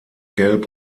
gelb